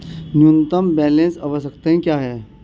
न्यूनतम बैलेंस आवश्यकताएं क्या हैं?